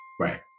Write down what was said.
Right